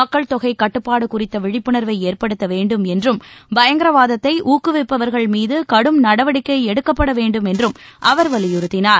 மக்கள் தொகை கட்டுப்பாடு குறித்த விழிப்புணர்வை ஏற்படுத்த வேண்டும் என்றும் பயங்கரவாதத்தை ஊக்குவிப்பவர்கள் மீது கடும் நடவடிக்கை எடுக்கப்பட வேண்டும் என்றும் அவர் வலியுறுத்தினார்